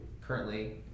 currently